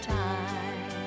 time